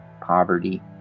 poverty